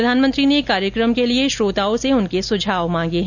प्रधानमंत्री ने इस कार्यक्रम के लिए श्रोताओं के सुझाव मांगे हैं